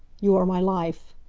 you are my life.